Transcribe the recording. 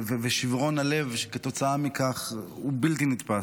ושברון הלב כתוצאה מכך הוא בלתי נתפס.